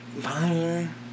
Fine